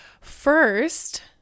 first